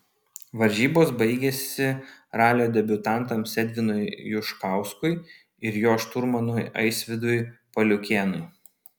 varžybos baigėsi ralio debiutantams edvinui juškauskui ir jo šturmanui aisvydui paliukėnui